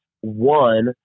one